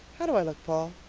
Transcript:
how do i look, paul?